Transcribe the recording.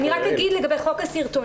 אני רק אומר לגבי חוק הסרטונים,